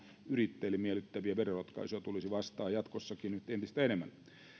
yrittäjille miellyttäviä veroratkaisuja tulisi nyt vastaan jatkossakin entistä enemmän